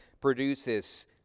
produces